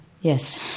Yes